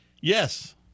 Yes